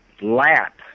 lap